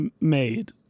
made